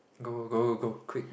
go go go go go quick